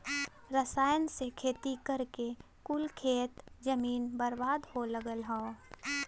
रसायन से खेती करके कुल खेत जमीन बर्बाद हो लगल हौ